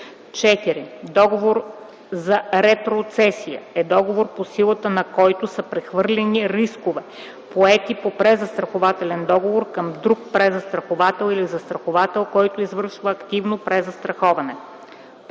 4. „Договор за ретроцесия” е договор, по целта на който са прехвърлени рискове, поети по презастрахователен договор, към друг презастраховател или застраховател, който извършва активно презастраховане. 5.